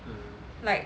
like